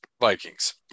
Vikings